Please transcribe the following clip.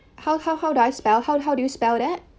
how how how do I spell how how do you spell that